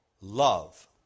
love